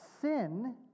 Sin